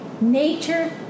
Nature